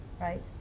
Right